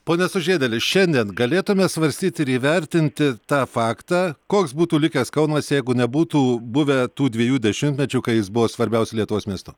pone sužiedėli šiandien galėtume svarstyt ir įvertinti tą faktą koks būtų likęs kaunas jeigu nebūtų buvę tų dviejų dešimtmečių kai jis buvo svarbiausiu lietuvos miestu